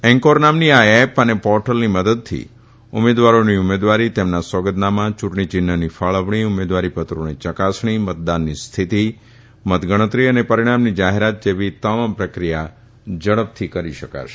encore નામની આ app અને પોર્ટલની મદદથી ઉમેદવારોની ઉમેદવારી તેમના સોગંદનામા ચુંટણી ચિન્હની ફાળવણી ઉમેદવારી પત્રોની ચકાસણી મતદાનની સ્થિતિ મતગણતરી અને પરીણામની જાહેરાત જેવી તમામ પ્રક્રિયા ઝડપથી કરી શકાશે